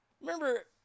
Remember